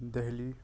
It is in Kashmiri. دہلی